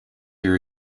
her